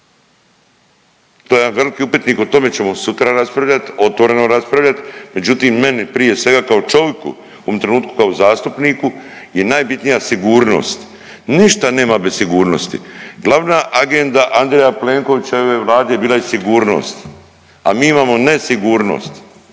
To je jedan veliki upitnik, o tome ćemo sutra raspravljat, otvoreno raspravljat. Međutim meni prije svega kao čoviku u ovom trenutku kao zastupniku je najbitnija sigurnost. Ništa nema bez sigurnosti. Glavna agenda Andreja Plenkovićeve Vlade bila je sigurnost. A mi imamo nesigurnost.